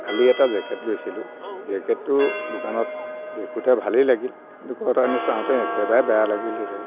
কালি এটা জেকেট লৈছিলো জেকেটটো দোকানত দেখোঁতে ভালেই লাগিল কিন্তু ঘৰত আনি চাওঁতে একেবাৰেই বেয়া লাগিল হে